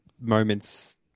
moments